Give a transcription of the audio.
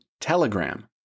Telegram